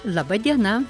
laba diena